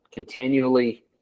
continually